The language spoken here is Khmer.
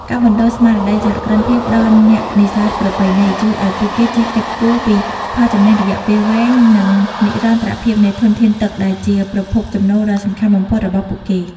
ការបណ្តុះស្មារតីសហគ្រិនភាពដល់អ្នកនេសាទប្រពៃណី ជួយឱ្យពួកគេចេះគិតគូរពីផលចំណេញរយៈពេលវែង និងនិរន្តរភាពនៃធនធានទឹកដែលជាប្រភពចំណូលដ៏សំខាន់បំផុតរបស់ពួកគេ។